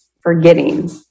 forgetting